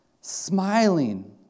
smiling